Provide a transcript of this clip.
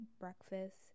breakfast